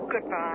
Goodbye